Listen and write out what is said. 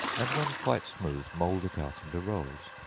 and, when quite smooth, mould it out into rolls,